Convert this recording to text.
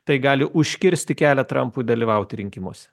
tai gali užkirsti kelią trampui dalyvauti rinkimuose